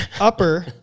upper